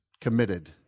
committed